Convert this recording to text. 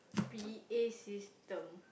P_A system